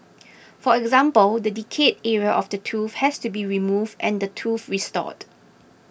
for example the decayed area of the tooth has to be removed and the tooth restored